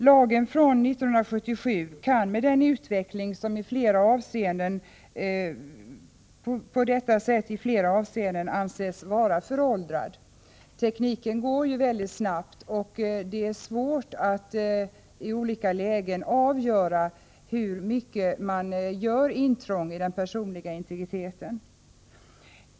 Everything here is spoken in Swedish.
Lagen från 1977 kan med denna utveckling i flera avseenden anses vara föråldrad. Tekniken går ju mycket snabbt, och det är svårt att i olika lägen avgöra hur stort intrång man gör i den personliga integriteten.